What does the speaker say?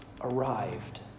arrived